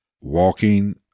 walking